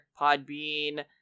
Podbean